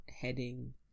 heading